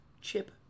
Chip